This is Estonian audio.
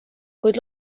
kuid